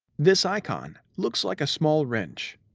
this icon looks like a small wrench.